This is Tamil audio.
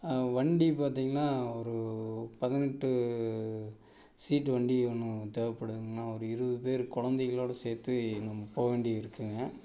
வண்டி பார்த்திங்கனா ஒரு பதினெட்டு சீட் வண்டி ஒன்று தேவப்படுதுங்கண்ணா ஒரு இருபது பேர் கொழந்தைங்களோட சேர்த்து போக வேண்டி இருக்குங்க